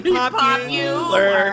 popular